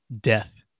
death